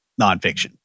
nonfiction